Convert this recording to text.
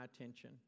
attention